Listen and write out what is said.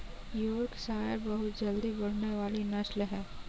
Yorkshire बहुत जल्दी बढ़ने वाली नस्ल है